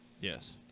Yes